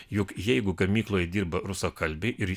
juk jeigu gamykloj dirba rusakalbiai ir